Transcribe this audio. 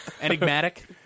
Enigmatic